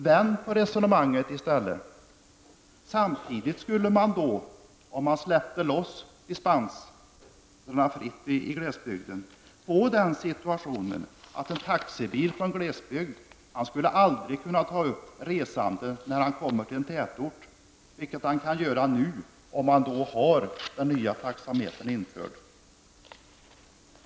Vänd på resonemanget i stället: samtidigt skulle man, om man skulle släppa loss dispenserna i glesbygd, få en situation där en taxichaufför från glesbygd aldrig skulle kunna ta upp resande när han kommer till tätort, vilket han kan göra om han har den nya taxametern införd.